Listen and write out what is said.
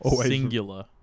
Singular